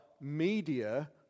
media